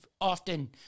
often